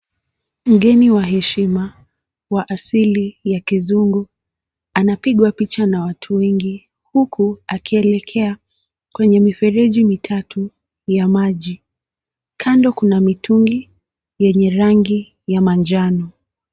Mgeni wa heshima wa asili ya kizungu anapigwa picha na watu wengi huku akielekea kwenye mifereji mitatu ya maji, kando kuna mitungi yenye rangi ya manjano.